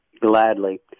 Gladly